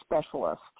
specialist